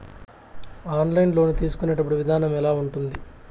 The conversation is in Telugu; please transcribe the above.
ఆన్లైన్ లోను తీసుకునేటప్పుడు విధానం ఎలా ఉంటుంది